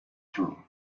true